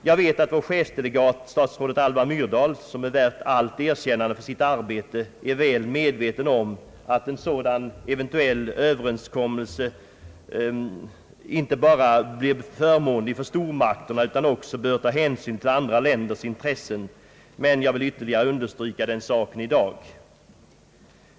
Jag vet att vår chefsdelegat, statsrådet Alva Myrdal, som är värd allt erkännande för sitt arbete, är väl medveten om att en sådan eventuell överenskommelse inte bara bör bli förmånlig för stormakterna utan också bör ta hänsyn till andra länders intressen, men jag vill ytterligare understryka denna sak i dag.